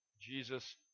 Jesus